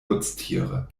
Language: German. nutztiere